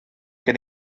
gen